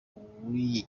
w’iyi